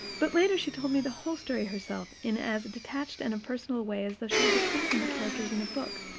but later she told me the whole story herself in as detached and impersonal a way as though she were discussing the characters in a book.